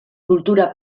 kultura